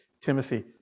Timothy